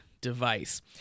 device